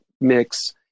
mix